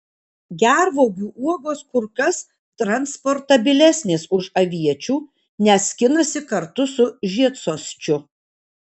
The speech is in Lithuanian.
gervuogių uogos kur kas transportabilesnės už aviečių nes skinasi kartu su žiedsosčiu